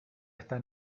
esta